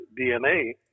DNA